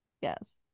Yes